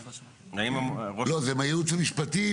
לא, זה מהייעוץ המשפטי?